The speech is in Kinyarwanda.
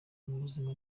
buzima